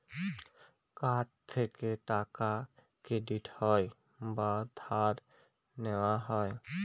card থেকে টাকা credit হয় বা ধার নেওয়া হয়